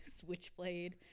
Switchblade